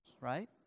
right